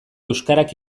euskarak